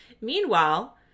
Meanwhile